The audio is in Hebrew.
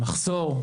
מחסור,